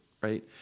right